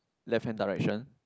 left hand direction